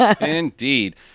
Indeed